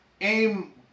AIM